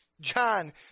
John